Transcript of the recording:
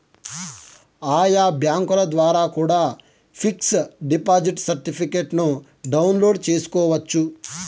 ఆయా బ్యాంకుల ద్వారా కూడా పిక్స్ డిపాజిట్ సర్టిఫికెట్ను డౌన్లోడ్ చేసుకోవచ్చు